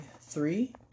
three